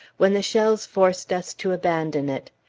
when the shells forced us to abandon it.